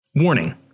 Warning